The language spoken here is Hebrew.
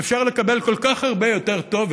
אפשר לקבל כל כך הרבה יותר טוב.